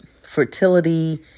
fertility